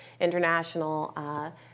international